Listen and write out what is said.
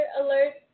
alert